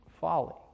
Folly